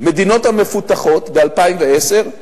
במדינות המפותחות ב-2010,